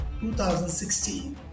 2016